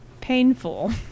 painful